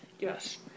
Yes